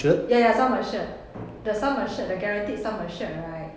ya ya sum assured the sum assured the guaranteed sum assured right